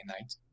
night